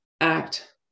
act